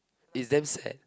is damn sad